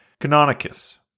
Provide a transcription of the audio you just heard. Canonicus